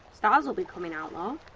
stars will be coming out though.